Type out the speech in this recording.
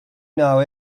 know